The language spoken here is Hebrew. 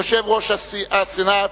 יושב-ראש הסנאט,